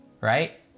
right